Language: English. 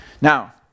Now